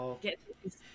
get